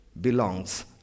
belongs